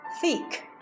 Thick